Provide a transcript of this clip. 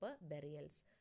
burials